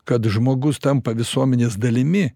kad žmogus tampa visuomenės dalimi